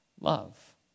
love